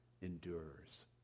endures